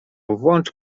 włącz